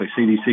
CDC